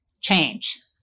change